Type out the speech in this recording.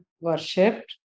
worshipped